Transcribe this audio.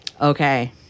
Okay